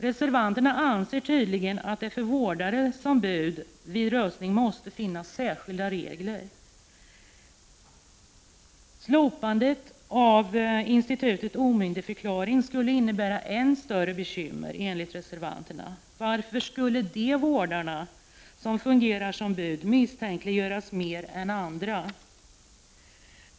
Reservanterna anser tydligen att det måste finnas särskilda regler för vårdare som bud vid röstning. Slopandet av institutet omyndigförklaring skulle innebära än större bekymmer, enligt reservanterna. Varför skulle vårdarna som fungerar som bud misstänkliggöras mer än andra?